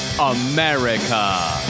America